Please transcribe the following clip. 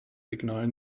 signal